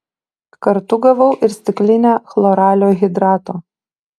kartu gavau ir stiklinę chloralio hidrato